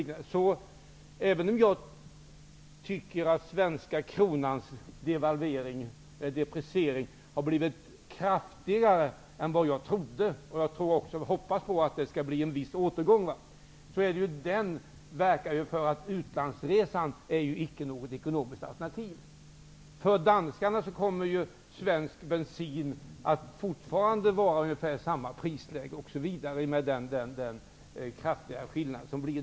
Även om deprecieringen av den svenska kronan har blivit kraftigare än vad jag trodde -- jag hoppas att det skall bli en viss återgång -- verkar den så att utlandsresan icke kommer att vara något ekonomiskt alternativ. För danskarna kommer svensk bensin fortfarande att ha ungefär samma prisläge, med samma kraftiga skillnad.